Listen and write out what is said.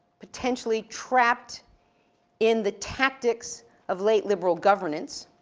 potentially trapped in the tactics of late liberal governance.